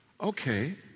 Okay